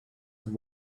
and